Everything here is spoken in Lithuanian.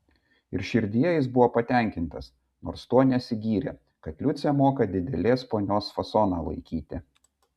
ir širdyje jis buvo patenkintas nors tuo nesigyrė kad liucė moka didelės ponios fasoną laikyti